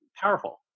powerful